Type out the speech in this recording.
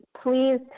please